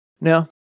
Now